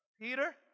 Peter